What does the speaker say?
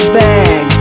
bag